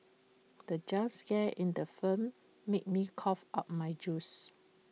the jump scare in the film made me cough out my juice